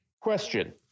Question